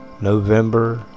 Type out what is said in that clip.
November